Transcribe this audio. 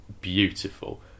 beautiful